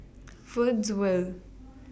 Woodsville